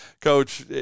coach